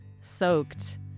soaked